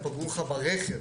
פגעו לך ברכב.